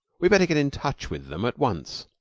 we'd better get in touch with them at once.